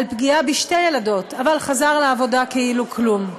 פגיעה בשתי ילדות אבל חזר לעבודה כאילו כלום.